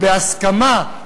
בהסכמה,